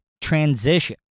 transition